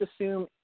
assume